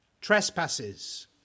trespasses